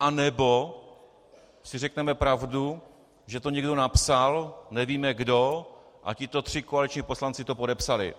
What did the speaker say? Anebo si řekneme pravdu, že to někdo napsal, nevíme kdo, a tito tři koaliční poslanci to podepsali.